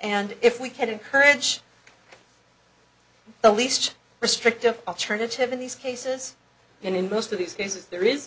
and if we can encourage the least restrictive alternative in these cases and in most of these cases there is